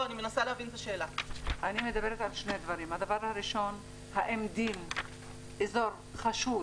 אני מדברת על שני דברים: האם דין אזור חשוד